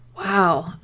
Wow